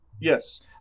yes